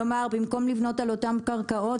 כלומר במקום לבנות על אותן קרקעות,